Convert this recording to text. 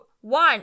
one